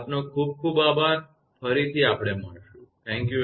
આપનો ખૂબ ખૂબ આભાર ફરી થી મળશું